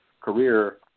career